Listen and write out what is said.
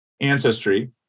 ancestry